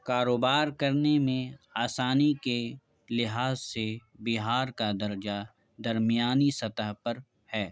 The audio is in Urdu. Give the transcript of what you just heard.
کاروبار کرنے میں آسانی کے لحاظ سے بہار کا درجہ درمیانی سطح پر ہے